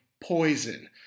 poison